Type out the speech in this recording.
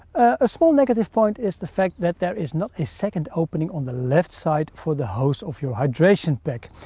a small negative point is the fact that there is not a second opening on the left side for the hose of your hydration pack,